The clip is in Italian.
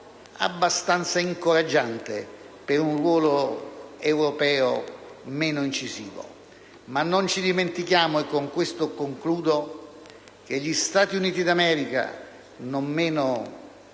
abbastanza incoraggiante per un ruolo europeo più incisivo. Tuttavia, non ci dimentichiamo - con questo concludo - che gli Stati Uniti d'America, non meno